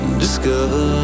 discover